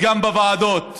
וגם בוועדות